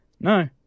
No